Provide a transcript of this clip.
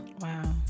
Wow